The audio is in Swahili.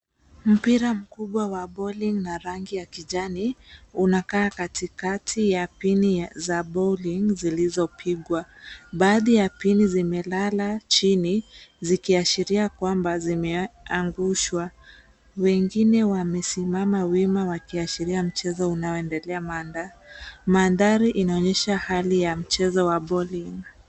Mpira mkubwa wa bawling na rangi ya kijani unakaa katikati ya pini za bawling zilizopigwa. Baadhi ya pini zimelala chini zikiashiria kwamba zimeangushwa. Wengine wamesimama wima wakiashiria mchezo unaoendelea. Mandhari inaonyesha hali ya mchezo wa bawling .